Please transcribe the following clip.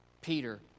Peter